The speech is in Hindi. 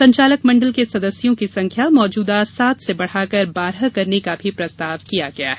संचालक मंडल के सदस्यों की संख्या मौजूदा सात से बढ़ाकर बारह करने का भी प्रस्ताव किया गया है